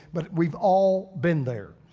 but we've all been there.